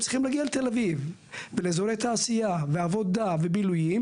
צריכים להגיע לתל אביב ולאזורי תעשייה ועבודה ובילויים,